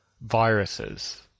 viruses